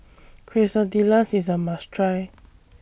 Quesadillas IS A must Try